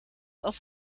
auf